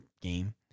game